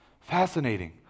fascinating